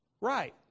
Right